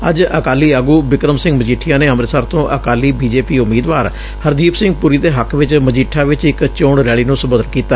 ਅੱਜ ਅਕਾਲੀ ਆਗੁ ਬਿਕਰਮ ਸਿੰਘ ਮਜੀਠੀਆ ਨੇ ਅੰਮਿਤਸਰ ਤੋਂ ਅਕਾਲੀ ਬੀਜੇਪੀ ਉਮੀਦਵਾਰ ਹਰਦੀਪ ਸਿੰਘ ਪੁਰੀ ਦੇ ਹੱਕ ਚ ਮਜੀਠਾ ਚ ਇਕ ਚੋਣ ਰੈਲੀ ਨੂੰ ਸੰਬੋਧਨ ਕੀਤਾ